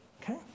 Okay